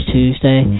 Tuesday